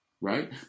right